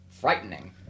frightening